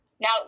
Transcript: Now